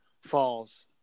falls –